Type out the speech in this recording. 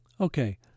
Okay